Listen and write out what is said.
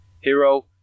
Hero